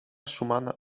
szumana